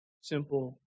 simple